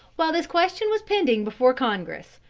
while this question was pending before congress,